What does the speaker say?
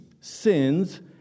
sins